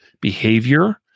behavior